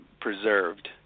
preserved